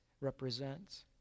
represents